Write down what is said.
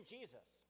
Jesus